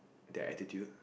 their attitude